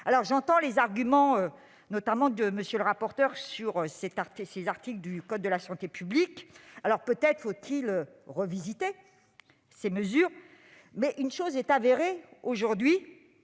J'entends les arguments, notamment de M. le rapporteur, relatifs à ces articles du code de la santé publique. Peut-être faut-il revisiter ces mesures. Mais une chose est avérée aujourd'hui